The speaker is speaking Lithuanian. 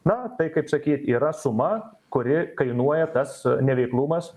na tai kaip sakyt yra suma kuri kainuoja tas neveiklumas